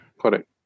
Correct